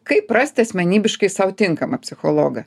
kaip rasti asmenybiškai sau tinkamą psichologą